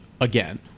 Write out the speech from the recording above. again